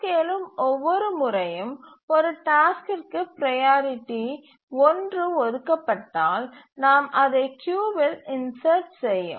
எழும் ஒவ்வொரு முறையும் ஒரு டாஸ்க்கிற்கு ப்ரையாரிட்டி 1 ஒதுக்கப்பட்டால் நாம் அதை கியூவில் இன்சர்ட் செய்யும்